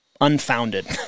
unfounded